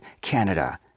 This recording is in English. Canada